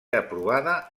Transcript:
aprovada